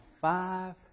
five